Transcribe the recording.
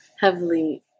heavily